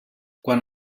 quant